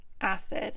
acid